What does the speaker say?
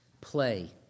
play